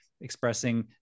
expressing